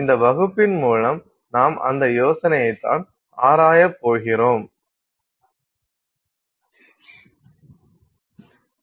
இந்த வகுப்பின் மூலம் நாம் அந்த யோசனையை தான் ஆராயப்போகிறோம்